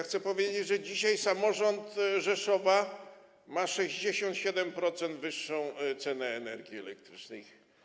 Chcę powiedzieć, że dzisiaj samorząd Rzeszowa ma o 67% wyższą cenę energii elektrycznej.